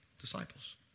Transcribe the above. disciples